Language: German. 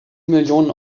millionen